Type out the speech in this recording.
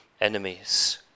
enemies